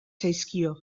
zaizkio